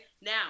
Now